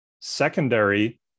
Secondary